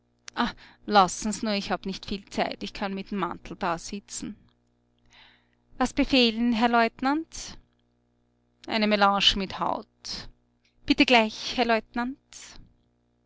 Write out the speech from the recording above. lassen s nur ich hab nicht viel zeit ich kann mit'm mantel dasitzen was befehlen herr leutnant eine melange mit haut bitte gleich herr leutnant